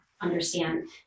understand